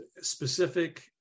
specific